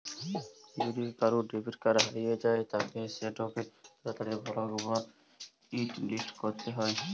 যদি কারুর debit card হারিয়ে যায় তালে সেটোকে তাড়াতাড়ি ব্লক বা হটলিস্ট করতিছে